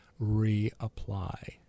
reapply